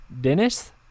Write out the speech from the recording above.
Dennis